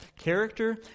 Character